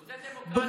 הוא עושה דמוקרטיה.